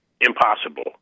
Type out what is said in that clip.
impossible